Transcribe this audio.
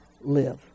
live